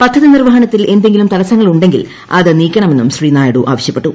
പദ്ധതി നിർവ്വഹണത്തിൽ എന്തെങ്കിലും തടസ്സങ്ങൾ ഉണ്ടെങ്കിൽ അത് നീക്കണമെന്നും ശ്രീ നായിഡു ആവശ്യപ്പെട്ടു